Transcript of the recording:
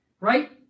Right